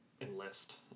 Enlist